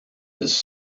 his